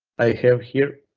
i have here